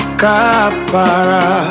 kapara